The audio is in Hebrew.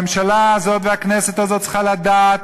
הממשלה הזאת והכנסת הזאת צריכות לדעת